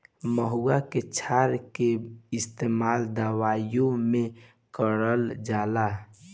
महुवा के क्षार के इस्तेमाल दवाईओ मे करल जाला